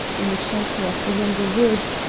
in the shelter of the younger woods,